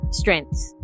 strengths